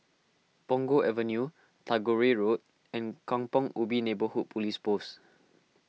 Punggol Avenue Tagore Road and Kampong Ubi Neighbourhood Police Post